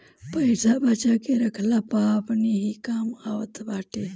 पईसा बचा के रखला पअ अपने ही काम आवत बाटे